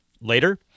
later